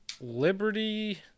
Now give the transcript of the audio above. Liberty